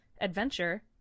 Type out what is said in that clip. Adventure